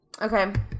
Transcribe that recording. Okay